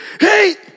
hey